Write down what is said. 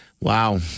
Wow